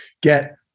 get